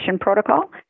protocol